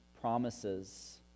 promises